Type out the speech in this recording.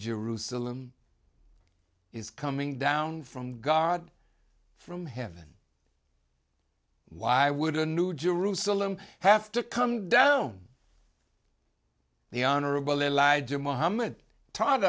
jerusalem is coming down from god from heaven why would a new jerusalem have to come down the honorable elijah muhammad taught